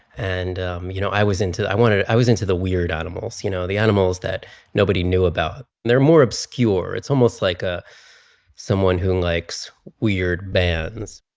and um you know, i was into i wanted i was into the weird animals you know, the animals that nobody knew about. they're more obscure. it's almost like ah someone who likes weird bands.